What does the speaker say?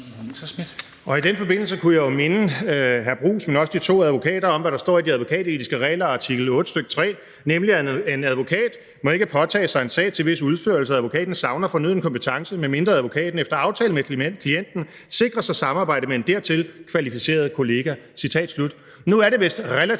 Og i den forbindelse kunne jeg jo minde hr. Jeppe Bruus, men også de to advokater om, hvad der står i de advokatetiske regler, artikel 8, stk. 3, nemlig: »En advokat må ikke påtage sig en sag, til hvis udførelse advokaten savner fornøden kompetence, medmindre advokaten efter aftale med klienten sikrer sig samarbejde med en dertil kvalificeret kollega.«